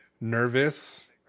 nervous